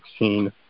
2016